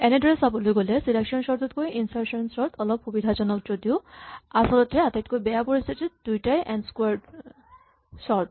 এনেদৰে চাবলৈ গ'লে চিলেকচন চৰ্টতকৈ ইনচাৰ্চন চৰ্ট অলপ সুবিধাজনক যদিও আচলতে আটাইতকৈ বেয়া পৰিস্হিতিত দুয়োটাই এন স্কোৱাৰ্ড চৰ্ট